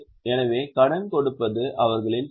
எனவே கடன் கொடுப்பது அவர்களின் தொழில்